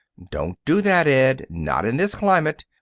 don't do that, ed! not in this climate!